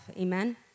amen